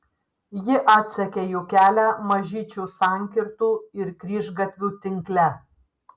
ji atsekė jų kelią mažyčių sankirtų ir kryžgatvių tinkle